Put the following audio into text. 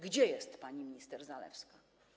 Gdzie jest pani minister Zalewska?